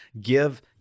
give